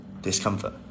discomfort